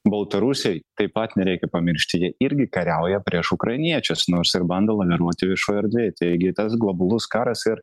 baltarusiai taip pat nereikia pamiršti jie irgi kariauja prieš ukrainiečius nors ir bando laviruoti viešoj erdvėj taigi tas globalus karas ir